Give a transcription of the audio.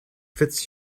fits